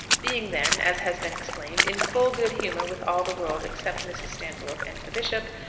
being then, as has been explained, in full good humour with all the world except mrs. stantiloup and the bishop,